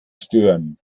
stören